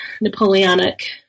Napoleonic